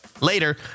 later